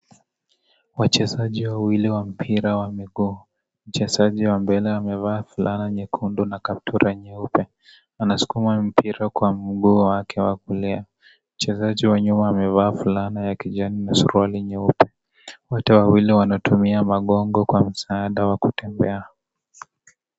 Wachezaji wawili wa mpira miguu, mchezaji wa mbele amevaa fulana nyekundu na kaptura nyeupe wanasukuma mpira kwa mguu wake wa kulia mchezaji wa nyuma amevaa fulana wa kijani na suruali nyeupe, wote wawili wanatumia magongo kwa msaada wa kutembea.